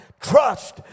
Trust